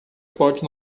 pode